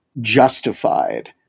justified